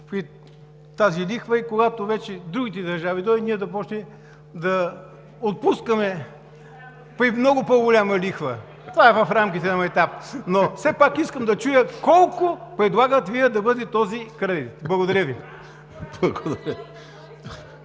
при тази лихва и когато вече другите държави дойдат, да започнем да отпускаме при много по-голяма лихва. Това е в рамките на майтапа, но все пак искам да чуя колко предлагате Вие да бъде този кредит. Благодаря Ви. ПРЕДСЕДАТЕЛ